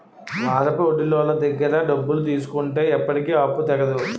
వారాపొడ్డీలోళ్ళ దగ్గర డబ్బులు తీసుకుంటే ఎప్పటికీ ఆ అప్పు తెగదు